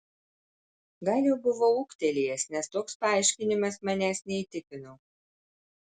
gal jau buvau ūgtelėjęs nes toks paaiškinimas manęs neįtikino